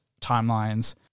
timelines